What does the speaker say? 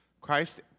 Christ